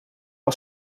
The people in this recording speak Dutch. een